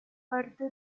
parte